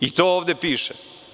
I to ovde piše.